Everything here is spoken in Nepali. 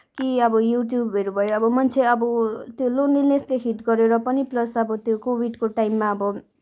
कि अब युट्युबहरू भयो अब मान्छे अब त्यो लोनलिनेसले हिट गरेर पनि प्लस अब त्यो कोभिडको टाइममा अब